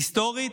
היסטורית,